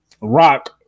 rock